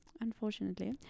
unfortunately